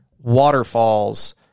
waterfalls